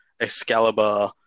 Excalibur